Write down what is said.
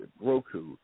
Roku